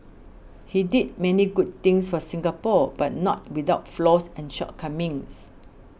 he did many good things for Singapore but not without flaws and shortcomings